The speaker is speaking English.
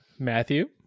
Matthew